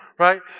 Right